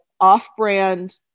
off-brand